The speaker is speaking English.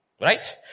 Right